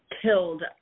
killed